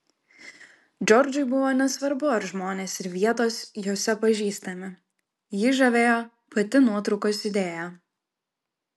džordžui buvo nesvarbu ar žmonės ir vietos jose pažįstami jį žavėjo pati nuotraukos idėja